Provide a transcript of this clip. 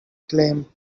claim